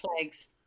Plagues